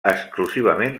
exclusivament